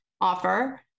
offer